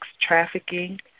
trafficking